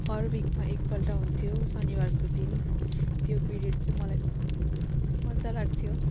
हर विकमा एकपल्ट हुन्थ्यो शनिवारको दिन त्यो पिरियड चाहिँ मलाई मज्जा लाग्थ्यो